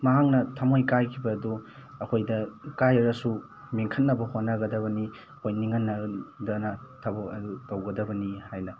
ꯃꯍꯥꯛꯅ ꯊꯝꯃꯣꯏ ꯀꯥꯏꯈꯤꯕꯗꯨ ꯑꯩꯈꯣꯏꯗ ꯀꯥꯏꯔꯒꯁꯨ ꯃꯦꯟꯈꯠꯅꯕ ꯍꯣꯠꯅꯒꯗꯕꯅꯤ ꯑꯩꯈꯣꯏ ꯅꯤꯡꯍꯟꯅꯗꯅ ꯊꯕꯛ ꯑꯗꯨ ꯇꯧꯒꯗꯕꯅꯤ ꯍꯥꯏꯅ